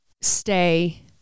stay